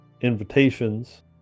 invitations